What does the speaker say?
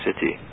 city